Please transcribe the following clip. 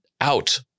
out